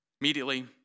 Immediately